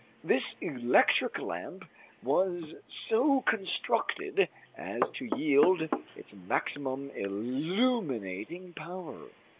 this electric lamp was so constructed as to yield its maximum illuminating power.